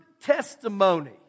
testimony